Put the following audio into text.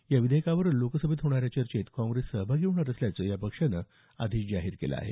या विधेयकावर लोकसभेत होणाऱ्या चर्चेत काँग्रेस सहभागी होणार असल्याचं या पक्षानं आधीच जाहीर केलं आहे